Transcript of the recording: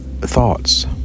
thoughts